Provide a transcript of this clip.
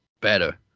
better